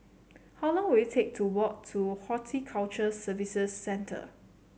how long will it take to walk to Horticulture Services Centre